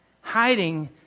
hiding